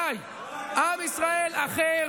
די, עם ישראל אחר,